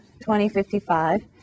2055